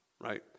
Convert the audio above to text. right